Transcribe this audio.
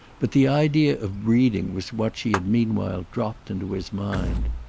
but the idea of breeding was what she had meanwhile dropped into his mind.